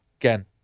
Again